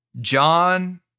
John